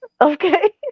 Okay